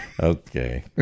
Okay